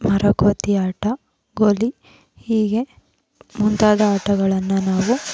ಮರಕೋತಿ ಆಟ ಗೋಲಿ ಹೀಗೆ ಮುಂತಾದ ಆಟಗಳನ್ನು ನಾವು